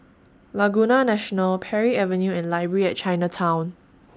Laguna National Parry Avenue and Library At Chinatown